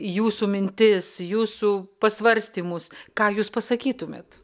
jūsų mintis jūsų pasvarstymus ką jūs pasakytumėt